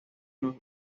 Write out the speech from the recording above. los